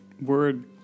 word